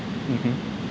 mmhmm